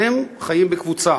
אתם חיים בקבוצה,